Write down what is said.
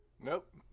Nope